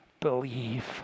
believe